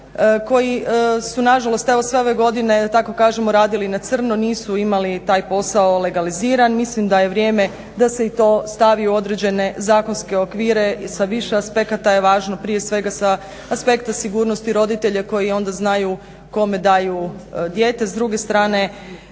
koji su nažalost evo sve ove godine da tako kažem radili na crno, nisu imali taj posao legaliziran. Mislim da je vrijeme da se i to stavi u određene zakonske okvire. I sa više aspekata je važno prije svega sa aspekta sigurnosti roditelja koji onda znaju kome daju dijete,